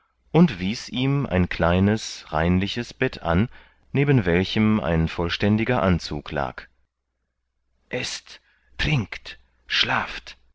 und wies ihm ein kleines reinliches bett an neben welchem ein vollständiger anzug lag eßt trinkt schlaft